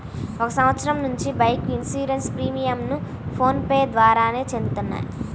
ఒక సంవత్సరం నుంచి బైక్ ఇన్సూరెన్స్ ప్రీమియంను ఫోన్ పే ద్వారానే చేత్తన్నాం